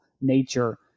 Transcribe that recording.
nature